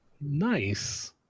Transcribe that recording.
nice